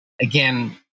again